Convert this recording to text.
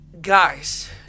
Guys